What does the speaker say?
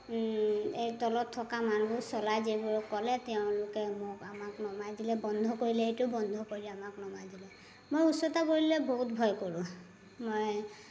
এই তলত থকা মানুবোৰ চলাই যিবোৰে ক'লে তেওঁলোকে মোক আমাক নমাই দিলে বন্ধ কৰিলে সেইটো বন্ধ কৰিলে আমাক নমাই দিলে মই উচ্চতা বুলিলে বহুত ভয় কৰোঁ মই